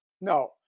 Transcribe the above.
No